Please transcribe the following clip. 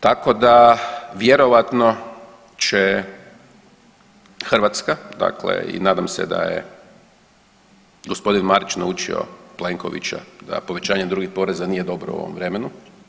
Tako da vjerojatno će Hrvatska dakle i nadam se da je gospodin Marić naučio Plenkovića da povećanje drugih poreza nije dobro u ovom vremenu.